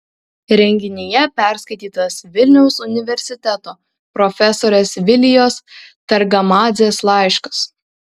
renginyje perskaitytas vilniaus universiteto profesorės vilijos targamadzės laiškas